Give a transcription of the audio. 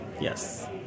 yes